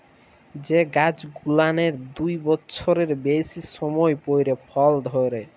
যে গাইছ গুলানের দু বচ্ছরের বেইসি সময় পইরে ফল ধইরে